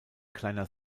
kleiner